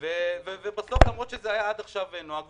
למרות שעד עכשיו זה היה הנוהג,